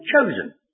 chosen